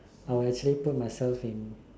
I'll actually put myself in